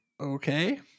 Okay